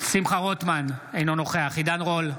שמחה רוטמן, אינו נוכח עידן רול,